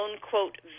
quote